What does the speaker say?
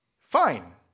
Fine